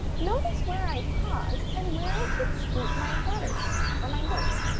notice where i pause and where i should swoop my and letters or my words.